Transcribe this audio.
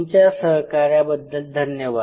तुमच्या सहकार्याबद्दल धन्यवाद